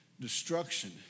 destruction